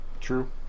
true